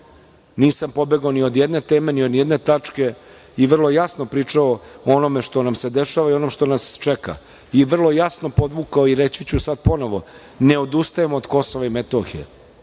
nisam pobegao ni od jedne teme, ni od jedne tačke, i vrlo jasno pričao o onome što nam se dešava i o onom što nas čeka, i vrlo jasno podvukao i reći ću sad ponovo – ne odustajemo od Kosova i Metohije.